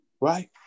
Right